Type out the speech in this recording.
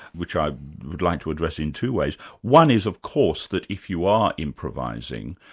which i would like to address in two ways one is of course, that if you are improvising,